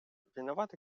виновато